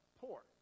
poor